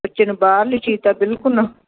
ਬੱਚੇ ਨੂੰ ਬਾਹਰਲੀ ਚੀਜ਼ ਤਾਂ ਬਿਲਕੁਲ ਨਾ